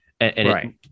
Right